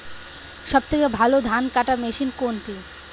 সবথেকে ভালো ধানকাটা মেশিন কোনটি?